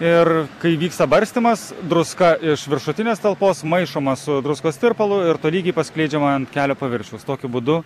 ir kai vyksta barstymas druska iš viršutinės talpos maišoma su druskos tirpalu ir tolygiai paskleidžiama ant kelio paviršiaus tokiu būdu